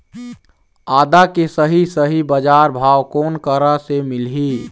आदा के सही सही बजार भाव कोन करा से मिलही?